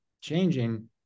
changing